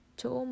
chỗ